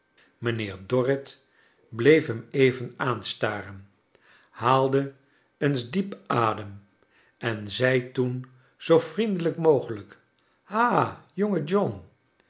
d orrit bleef hem even aanstaren haalde eens diep adem en zei toen zoo vriendelijk mogelijk ha jonge john